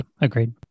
agreed